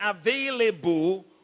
available